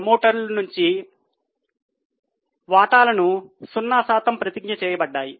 ప్రమోటర్లు నుంచి వాటాలను 0 శాతం ప్రతిజ్ఞ చేయబడ్డాయి